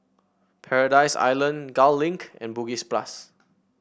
Paradise Island Gul Link and Bugis Plus